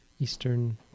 Eastern